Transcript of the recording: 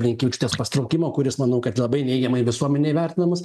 blinkevičiūtės pasitraukimo kuris manau kad labai neigiamai visuomenėj vertinamas